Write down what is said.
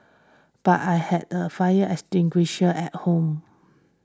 but I had a fire extinguisher at home